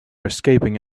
escaping